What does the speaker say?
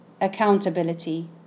accountability